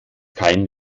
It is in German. kein